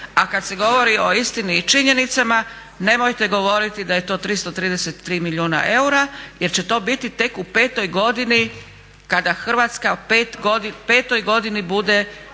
a kada se govori o istini i činjenicama nemojte govoriti da je to 333 milijuna eura jer će to biti tek u 5.godini kada Hrvatska u 5.godini bude